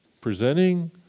presenting